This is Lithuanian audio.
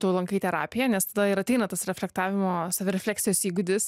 tu lankai terapiją nes tada ir ateina tas reflektavimo savirefleksijos įgūdis